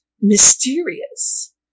mysterious